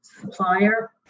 supplier